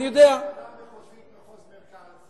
יעקב, הוועדה המחוזית, מחוז מרכז,